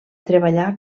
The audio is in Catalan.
treballà